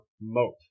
moat